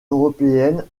européenne